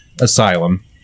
asylum